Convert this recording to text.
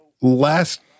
last